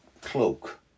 cloak